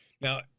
Now